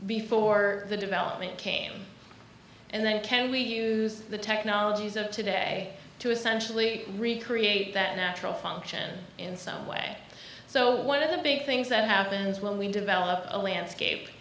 before the development came and then can we use the technologies of today to essentially recreate that natural function in some way so one of the big things that happens when we develop a landscape